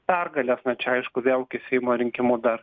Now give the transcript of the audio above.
pergalės na čia aišku vėlgi seimo rinkimų dar